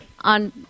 on